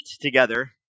together